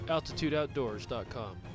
AltitudeOutdoors.com